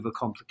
overcomplicate